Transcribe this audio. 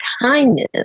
kindness